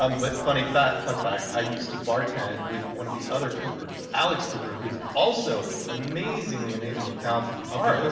um but, funny fact, fun fact, i used to bartend with one of the other coopers, alex cooper, who's also amazingly, amazingly talented. but of